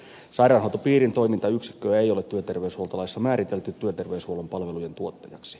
sairaanhoitopiirin toimintayksikköä ei ole työterveyshuoltolaissa määritelty työterveyshuollon palvelujen tuottajaksi